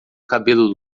cabelo